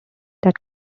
that